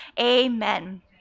Amen